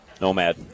Nomad